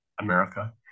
America